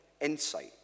insight